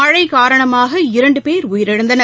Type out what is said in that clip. மழைகாரணமாக இரண்டுபேர் உயிழந்தனர்